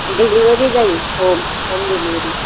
delivery जायी home home delivery